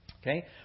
Okay